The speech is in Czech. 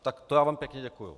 Tak to já vám pěkně děkuju!